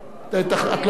לא רוצים.